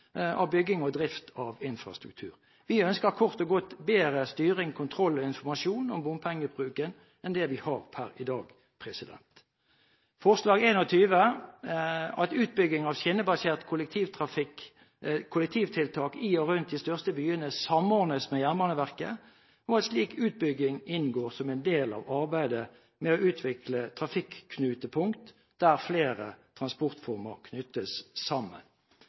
av bygging og drift av infrastruktur. Vi ønsker kort og godt bedre styring, kontroll og informasjon om bompengebruken enn det vi har per i dag. I forslag nr. 21 ber vi om at utbygging av skinnebasert kollektivtiltak i og rundt de største byene samordnes med Jernbaneverket, og at slik utbygging inngår som en del av arbeidet med å utvikle trafikknutepunkt der flere transportformer knyttes sammen.